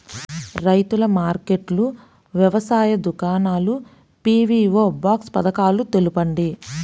రైతుల మార్కెట్లు, వ్యవసాయ దుకాణాలు, పీ.వీ.ఓ బాక్స్ పథకాలు తెలుపండి?